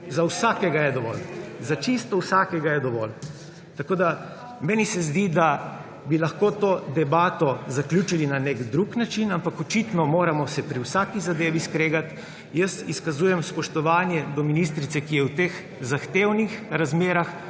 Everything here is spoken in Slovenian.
Za vsakega je dovolj. Za čisto vsakega je dovolj. Meni se zdi, da bi lahko to debato zaključili na nek drug način, ampak očitno se moramo pri vsaki zadevi skregati. Jaz izkazujem spoštovanje do ministrice, ki je v teh zahtevnih razmerah,